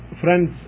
friends